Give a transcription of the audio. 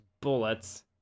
bullets